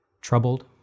troubled